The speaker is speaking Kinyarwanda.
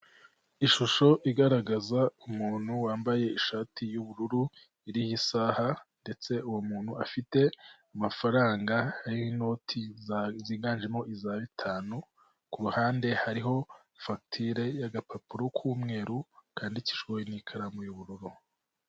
Ishusho igaragaza umuntu wambaye ishati y'ubururu iriho isaha ndetse uwo muntu afite amafaranga y'inoti ziganjemo iza bitanu, ku ruhande hariho fagitire y'agapapuro k'umweru kandikijwe n'ikaramu y'ubururu.